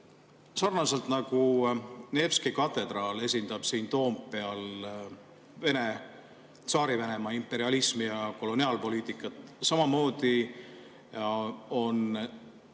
Nii nagu Nevski katedraal esindab siin Toompeal Tsaari-Venemaa imperialismi ja koloniaalpoliitikat, samamoodi on